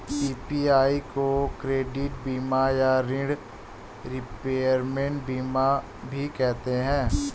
PPI को credit बीमा या ॠण रिपेयरमेंट बीमा भी कहते हैं